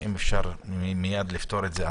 אם אפשר מייד לפתור את זה,